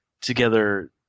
together